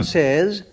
says